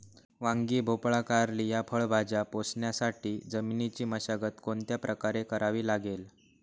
वांगी, भोपळा, कारली या फळभाज्या पोसण्यासाठी जमिनीची मशागत कोणत्या प्रकारे करावी लागेल?